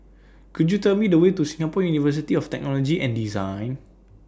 Could YOU Tell Me The Way to Singapore University of Technology and Design